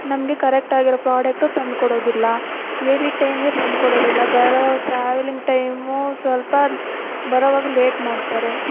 ನಮಗೆ ಕರೆಕ್ಟ್ ಆಗಿರೋ ಪ್ರಾಡಕ್ಟು ತಂದುಕೊಡೋದಿಲ್ಲ ಹೇಳಿದ ಟೈಮ್ಗೆ ತಂದುಕೊಡೋದಿಲ್ಲ ಬರೋ ಟ್ರಾವೆಲಿಂಗ್ ಟೈಮು ಸ್ವಲ್ಪ ಬರೋವಾಗ ಲೇಟ್ ಮಾಡ್ತಾರೆ